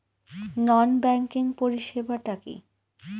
নন banking পরিষেবা টা কি?